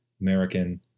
American